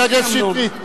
חבר הכנסת שטרית,